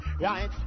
right